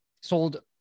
sold